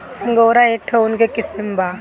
angora एक ठो ऊन के किसिम बा